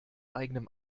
eigenem